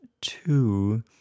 two